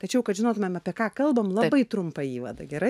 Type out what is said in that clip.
tačiau kad žinotumėm apie ką kalbam labai trumpą įvadą gerai